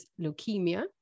leukemia